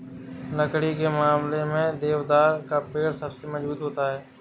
लकड़ी के मामले में देवदार का पेड़ सबसे मज़बूत होता है